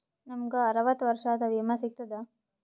ನಮ್ ಗ ಅರವತ್ತ ವರ್ಷಾತು ವಿಮಾ ಸಿಗ್ತದಾ?